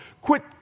quit